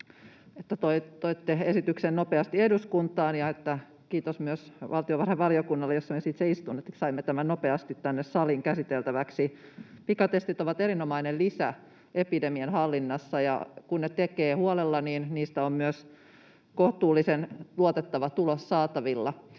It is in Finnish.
toitte esityksen nopeasti eduskuntaan, ja kiitos myös valtiovarainvaliokunnalle, jossa myös itse istun, että saimme tämän nopeasti tänne saliin käsiteltäväksi. Pikatestit ovat erinomainen lisä epidemian hallinnassa, ja kun ne tekee huolella, niistä on myös kohtuullisen luotettava tulos saatavilla.